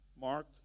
Mark